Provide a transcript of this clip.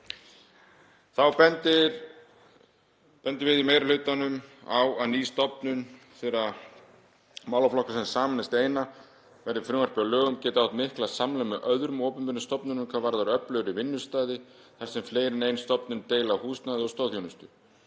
bendum við í meiri hlutanum á að ný stofnun þeirra málaflokka sem sameinast í eina, verði frumvarpið að lögum, geti átt mikla samlegð með öðrum opinberum stofnunum hvað varðar öflugri vinnustaði, þar sem fleiri en ein stofnun deila húsnæði og stoðþjónustu.